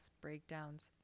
breakdowns